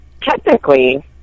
Technically